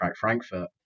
Frankfurt